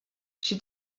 she